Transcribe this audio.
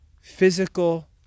physical